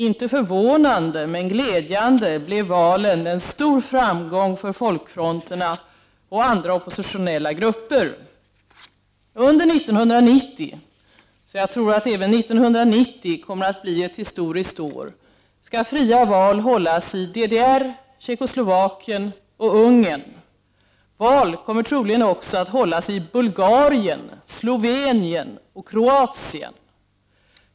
Inte förvånande, men glädjande, blev valen en stor framgång för folkfronterna och andra oppositionella grupper. Under 1990 — jag tror att även det året blir historiskt — skall fria val hållas i DDR, Tjeckoslovakien och Ungern. Val kommer troligen också att hållas i Bulgarien, Slovenien och Kroatien.